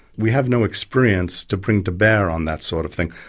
we have no experience to bring to bear on that sort of thing.